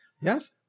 Yes